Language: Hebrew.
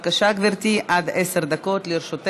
ובמקום לדבר משפטית מדברת על רוח רעה וערכים ועניינים,